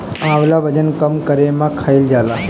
आंवला वजन कम करे में खाईल जाला